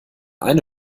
eine